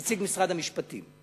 נציג משרד המשפטים.